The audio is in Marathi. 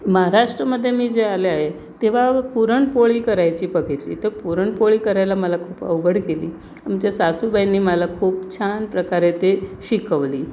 महाराष्ट्रामध्ये मी जे आले आहे तेव्हा पुरणपोळी करायची बघितली तर पुरणपोळी करायला मला खूप अवघड गेली आमच्या सासूबाईंनी मला खूप छान प्रकारे ते शिकवली